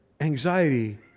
Anxiety